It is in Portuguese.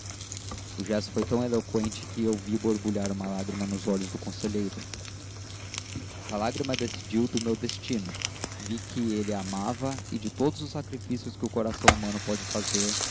o gesto foi tão eloqüente que eu vi borbulhar uma lágrima nos olhos do conselheiro essa lágrima decidiu do meu destino vi que ele a amava e de todos os sacrifícios que o coração humano pode fazer